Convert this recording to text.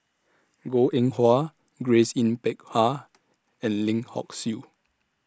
Goh Eng Wah Grace Yin Peck Ha and Lim Hock Siew